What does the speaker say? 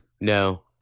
No